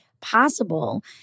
possible